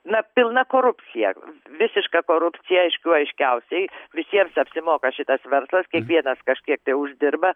na pilna korupcija visiška korupcija aiškių aiškiausiai visiems apsimoka šitas verslas kiekvienas kažkiek tai uždirba